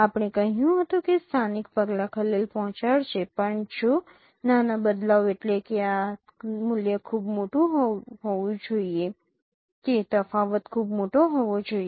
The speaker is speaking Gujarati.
આપણે કહ્યું હતું કે સ્થાનિક પગલાં ખલેલ પહોંચાડશે પણ જો નાના બદલાવ એટલે કે આ મૂલ્ય ખૂબ મોટું હોવું જોઈએ કે તફાવત ખૂબ મોટો હોવો જોઈએ